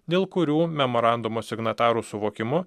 dėl kurių memorandumo signatarų suvokimu